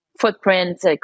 footprints